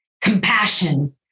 compassion